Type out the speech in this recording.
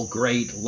great